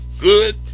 good